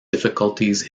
difficulties